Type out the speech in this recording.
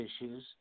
issues